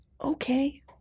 Okay